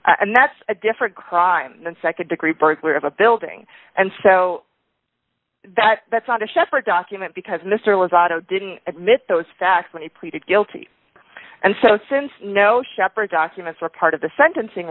and that's a different crime than nd degree burglary of a building and so that that's not a separate document because mr liz otto didn't admit those facts when he pleaded guilty and so since no sheppard documents were part of the sentencing